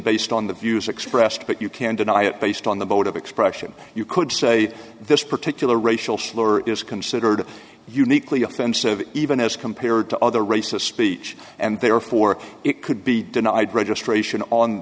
based on the views expressed but you can deny it based on the vote of expression you could say this particular racial slur is considered uniquely offensive even as compared to other races speech and therefore it could be denied registration on